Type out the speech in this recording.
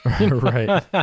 Right